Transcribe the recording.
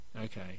Okay